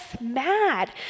mad